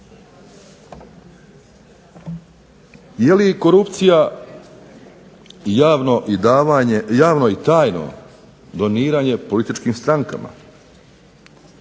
Jeli korupcija javno i tajno doniranje političkim strankama?